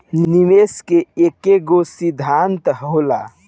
निवेश के एकेगो सिद्धान्त होला